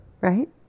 Right